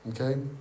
Okay